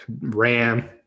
ram